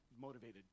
motivated